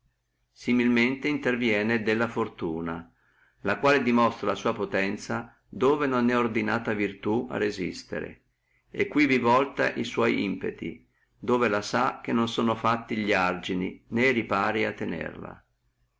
dannoso similmente interviene della fortuna la quale dimonstra la sua potenzia dove non è ordinata virtù a resisterle e quivi volta li sua impeti dove la sa che non sono fatti li argini e ripari a tenerla